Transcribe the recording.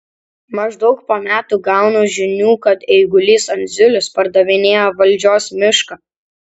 maždaug po metų gaunu žinių kad eigulys andziulis pardavinėja valdžios mišką